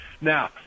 Now